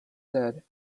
sad